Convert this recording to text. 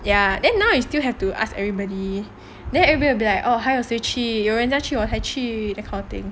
ya then now you still have to ask everybody then everybody will be like oh 还有谁去有人去我才去 that kind of thing